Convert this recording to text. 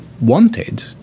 wanted